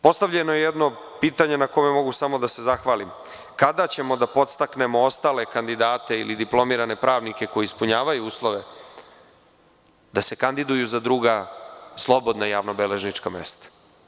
Postavljeno je jedno pitanje na kome mogu samo da se zahvalim - kada ćemo da podstaknemo ostale kandidate ili diplomirane pravnike, koji ispunjavaju uslove, da se kandiduju za druga slobodna javnobeležnička mesta?